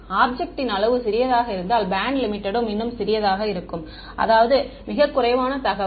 object ன் அளவு சிறியதாக இருந்தால் பேண்ட் லிமிடெட் ம் இன்னும் சிறியதாக இருக்கும் அதாவது மிகக் குறைவான தகவல்